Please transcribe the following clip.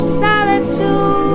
solitude